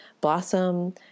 blossom